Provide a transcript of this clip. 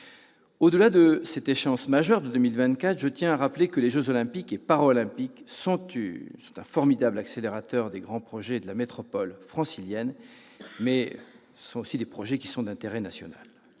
Au-delà de cette échéance majeure de 2024, je tiens à rappeler que l'organisation des jeux Olympiques et Paralympiques est un formidable accélérateur des grands projets de la métropole francilienne, projets qui sont aussi d'intérêt national.